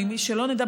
שלא נדע.